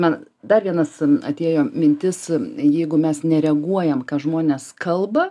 man dar vienas atėjo mintis jeigu mes nereaguojam ką žmonės kalba